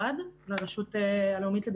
היה דוח ביקורת מיוחד שעוד מעט יוצג לנו,